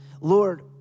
Lord